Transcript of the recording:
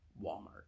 Walmart